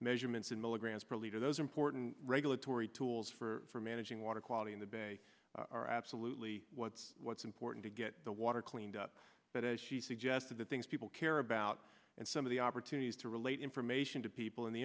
measurements in milligrams per liter those important regulatory tools for managing water quality in the bay are absolutely what's what's important to get the water cleaned up that as she suggested the things people care about and some of the opportunities to relate information to people in the